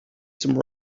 some